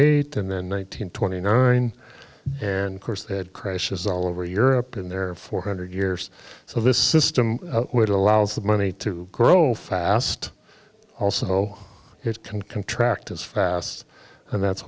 eight and then one nine hundred twenty nine and course that crashes all over europe in their four hundred years so this system would allows the money to grow fast also it can contract as fast and that's